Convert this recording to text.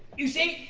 you see,